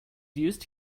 used